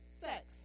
sex